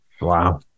Wow